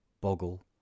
Boggle